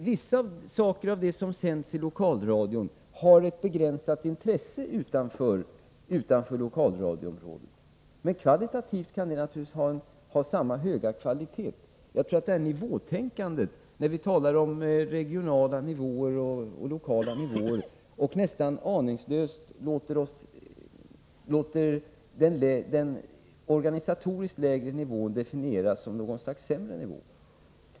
Vissa saker av det som sänds i Lokalradion har ett begränsat intresse utanför lokalradioområdet. Men det kan naturligtvis ha samma höga kvalitet som riksradiosändningar. Jag tror att vi genom nivåtänkandet, när vi talar om regionala nivåer och lokala nivåer, nästan aningslöst låter den organisatoriskt lägre nivån definieras som något slags sämre nivå.